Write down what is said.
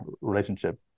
relationship